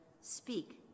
Speak